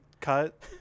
cut